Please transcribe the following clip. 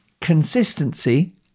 consistency